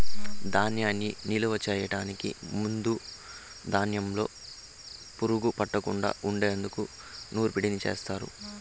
ధాన్యాన్ని నిలువ చేయటానికి ముందు ధాన్యంలో పురుగు పట్టకుండా ఉండేందుకు నూర్పిడిని చేస్తారు